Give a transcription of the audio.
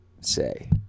say